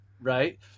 Right